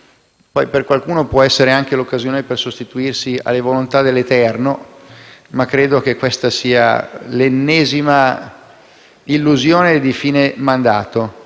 Poi, per qualcuno può essere anche l'occasione per sostituirsi alla volontà dell'Eterno, ma credo che questa sia l'ennesima illusione di fine mandato.